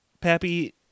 Pappy